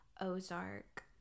ozark